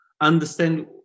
understand